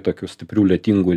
tokių stiprių lietingų